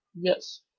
Yes